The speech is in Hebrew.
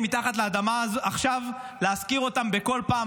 מתחת לאדמה עכשיו להזכיר אותן בכל פעם.